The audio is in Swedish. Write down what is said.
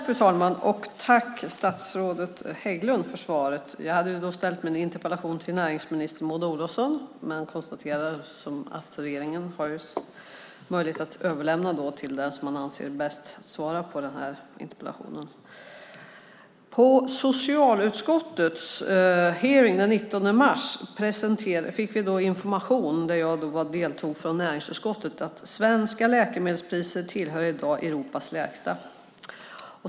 Fru talman! Tack, statsrådet Hägglund, för svaret! Jag hade ställt min interpellation till näringsminister Maud Olofsson, men jag konstaterar att regeringen har möjlighet att överlämna interpellationen till den som man anser bäst svarar på interpellationen. På socialutskottets hearing den 19 mars fick vi information. Jag deltog från näringsutskottet. Vi fick veta att svenska läkemedelspriser är i dag Europas lägsta.